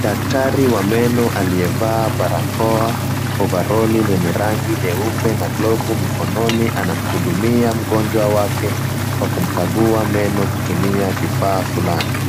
Daktari wa meno aliyevaa barakoa, ovaroli lenye rangi nyeupe na glovu mikononi anamhudumia mgonjwa wake kwa kumkagua meno kutumia kifaa fulani.